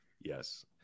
Yes